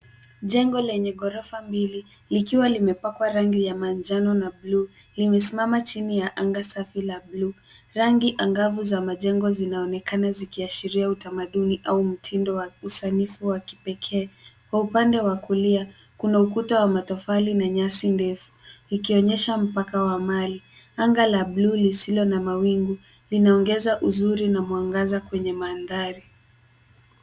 Jengo lenye ghorofa mbili likiwa limepakwa rangi ya manjano na buluu limesimama chini ya anga safi ya buluu. Rangi angavu za majengo zinaonekana zikiashiria utamaduni au mtindo wa usanifu wa kipekee. Kwa upande wa kulia, kuna ukuta wa matofali na nyasi ndefu ikionyesha mpaka wa amali. Anga la buluu lisilo na mawingu linaongeza uzuri na mwangaza kwenye mandhari.